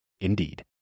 Indeed